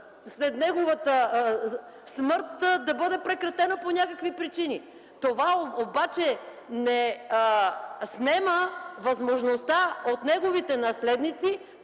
след неговата смърт да бъде прекратено по някакви причини. Това обаче не снема възможността от неговите наследници